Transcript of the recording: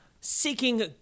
Seeking